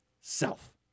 self